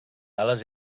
ales